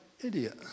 idiot